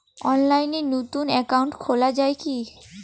অনলাইনে নতুন একাউন্ট খোলা য়ায় কি?